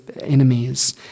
enemies